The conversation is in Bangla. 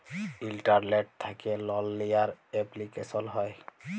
ইলটারলেট্ থ্যাকে লল লিয়ার এপলিকেশল হ্যয়